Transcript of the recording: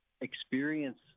experience